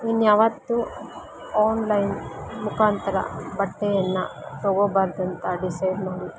ಇನ್ಯಾವತ್ತೂ ಆನ್ಲೈನ್ ಮುಖಾಂತ್ರ ಬಟ್ಟೆಯನ್ನು ತಗೊಬಾರ್ದಂತ ಡಿಸೈಡ್ ಮಾಡಿದೀನಿ